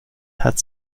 hat